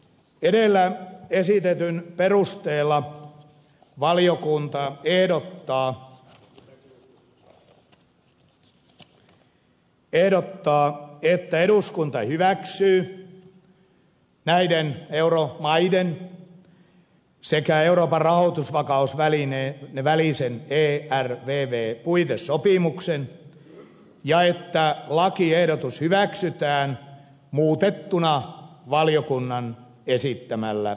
edellä esitetyn perusteella valiokunta ehdottaa että eduskunta hyväksyy näiden euromaiden sekä euroopan rahoitusvakausvälineen välisen ervv puitesopimuksen ja että lakiehdotus hyväksytään muutettuna valiokunnan esittämällä tavalla